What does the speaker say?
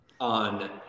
on –